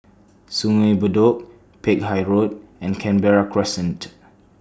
Sungei Bedok Peck Hay Road and Canberra Crescent